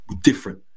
different